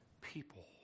people